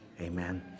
Amen